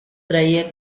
traía